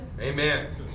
amen